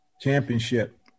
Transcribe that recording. championship